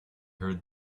heard